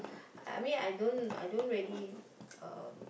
I mean I don't I don't really um